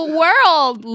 world